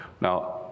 Now